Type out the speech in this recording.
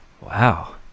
wow